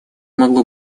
могло